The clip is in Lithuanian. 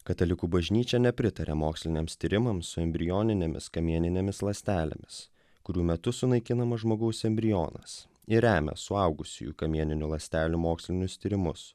katalikų bažnyčia nepritaria moksliniams tyrimams su embrioninėmis kamieninėmis ląstelėmis kurių metu sunaikinamas žmogaus embrionas ir remia suaugusiųjų kamieninių ląstelių mokslinius tyrimus